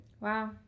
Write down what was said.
Wow